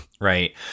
Right